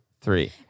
three